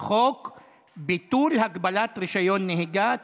ביטול הגבלת רישיון נהיגה,